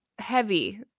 heavy